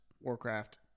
Warcraft